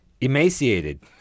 emaciated